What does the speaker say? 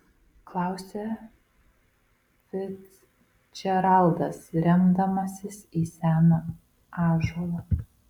klausia ficdžeraldas remdamasis į seną ąžuolą